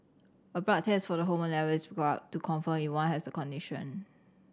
a blood test for the hormone level is required to confirm if one has the condition